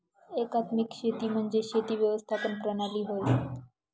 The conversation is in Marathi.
एकात्मिक शेती म्हणजे शेती व्यवस्थापन प्रणाली होय